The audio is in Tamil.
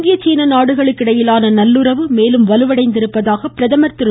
இந்திய சீன நாடுகளுக்கு இடையிலான நல்லுறவு மேலும் வலுவடைந்திருப்பதாக பிரதமா் திரு